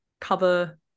cover